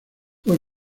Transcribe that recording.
fue